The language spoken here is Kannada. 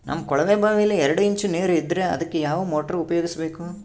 ನಮ್ಮ ಕೊಳವೆಬಾವಿಯಲ್ಲಿ ಎರಡು ಇಂಚು ನೇರು ಇದ್ದರೆ ಅದಕ್ಕೆ ಯಾವ ಮೋಟಾರ್ ಉಪಯೋಗಿಸಬೇಕು?